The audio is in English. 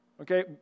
okay